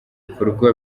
bikorwa